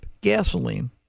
gasoline